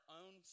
own